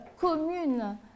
commune